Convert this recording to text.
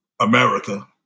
America